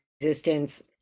existence